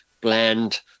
bland